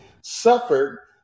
suffered